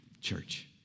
church